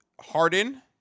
Harden